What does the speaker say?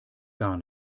gar